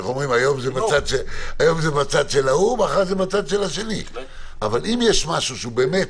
היום זה בצד של ההוא ומחר זה בצד של השני צריך עוד לדבר על זה,